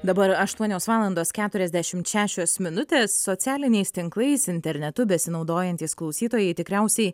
dabar aštuonios valandos keturiasdešimt šešios minutės socialiniais tinklais internetu besinaudojantys klausytojai tikriausiai